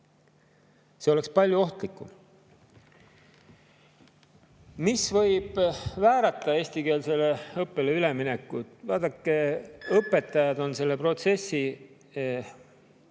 See oleks olnud palju ohtlikum. Mis võib väärata eestikeelsele õppele üleminekut? Vaadake, õpetajad on selle protsessi